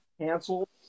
canceled